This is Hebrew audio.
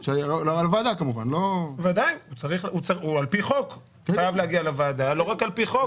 זה צריך להגיע לוועדה על פי חוק ולא רק על פי חוק.